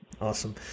Awesome